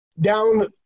down